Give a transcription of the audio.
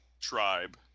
tribe